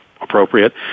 appropriate